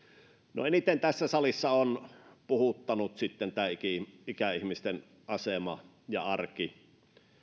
no eniten tässä salissa on puhuttanut sitten tämä ikäihmisten asema ja arki